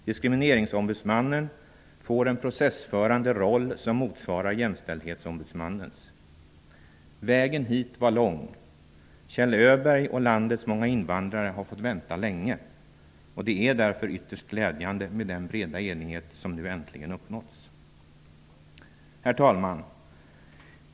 Diskrimineringsombudsmannen får en processförande roll som motsvarar Vägen hit var lång. Kjell Öberg och landets många invandrare har fått vänta länge. Det är därför ytterst glädjande med den breda enighet som nu äntligen uppnåtts. Herr talman!